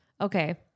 Okay